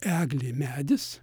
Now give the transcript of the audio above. eglė medis